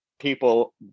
people